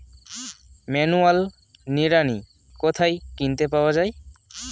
Manual নিড়ানি কোথায় কিনতে পাওয়া যায়?